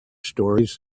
stories